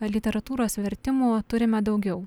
literatūros vertimų turime daugiau